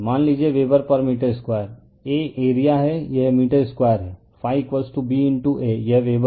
मान लीजिए वेबर पर मीटर2 A एरिया है यह मीटर2 है B A यह वेबर है